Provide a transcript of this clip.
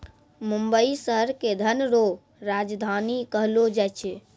मुंबई शहर के धन रो राजधानी कहलो जाय छै